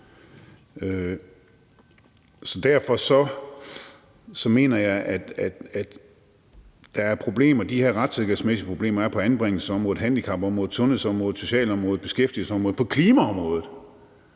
Derfor mener jeg, at de her retssikkerhedsmæssige problemer, der er på anbringelsesområdet, handicapområdet, sundhedsområdet, socialområdet, beskæftigelsesområdet